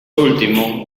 último